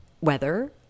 weather